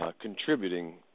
contributing